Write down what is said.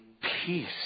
peace